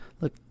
look